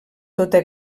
tota